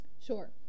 Sure